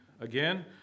again